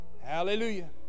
Hallelujah